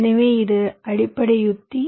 எனவே இது அடிப்படை உத்தி